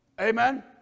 Amen